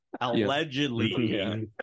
Allegedly